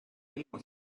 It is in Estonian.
ilmus